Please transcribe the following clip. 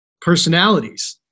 personalities